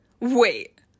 Wait